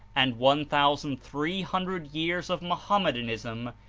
and one thousand three hundred years of mohammedanism,